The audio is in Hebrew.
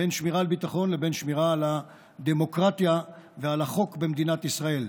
בין שמירה על ביטחון לבין שמירה על הדמוקרטיה ועל החוק במדינת ישראל.